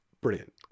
brilliant